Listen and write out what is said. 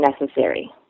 necessary